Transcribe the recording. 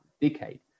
decade